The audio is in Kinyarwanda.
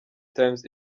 times